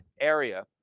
area